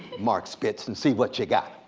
mark spitz, and see what you got.